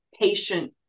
patient